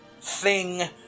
thing-